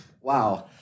Wow